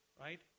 Right